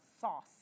sauce